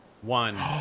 one